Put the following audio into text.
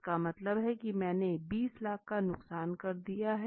इसका मतलब है की मैंने 20 लाख का नुक्सान कर दिया है